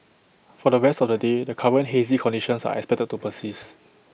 for the rest of the day the current hazy conditions are expected to persist